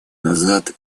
назад